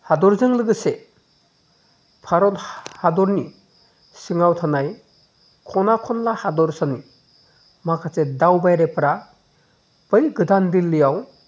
हादरजों लोगोसे भारत हादरनि सिङाव थानाय खना खनला हादरसानि माखासे दावबायारिफोरा बै गोदान दिल्लीयाव